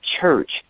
church